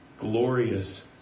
glorious